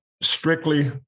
strictly